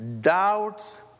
doubts